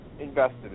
invested